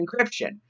encryption